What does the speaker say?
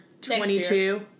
22